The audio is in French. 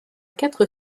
quatre